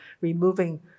removing